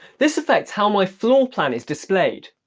this affects how my floorplan is displayed.